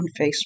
Facebook